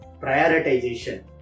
prioritization